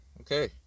Okay